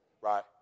right